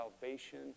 salvation